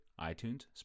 iTunes